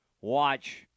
watch